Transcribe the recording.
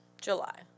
July